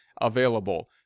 available